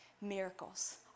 miracles